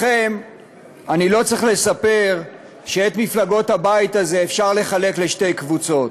לכם אני לא צריך לספר שאת מפלגות הבית הזה אפשר לחלק לשתי קבוצות: